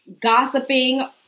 gossiping